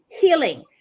healing